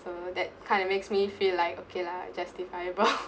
so that kind of makes me feel like okay lah justifiable